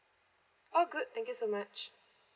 all good thank you so much